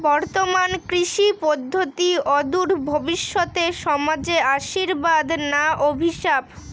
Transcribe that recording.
বর্তমান কৃষি পদ্ধতি অদূর ভবিষ্যতে সমাজে আশীর্বাদ না অভিশাপ?